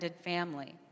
Family